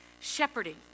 Shepherding